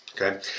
Okay